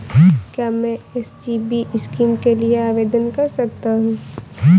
क्या मैं SGB scheme के लिए आवेदन कर सकता हूँ?